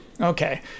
Okay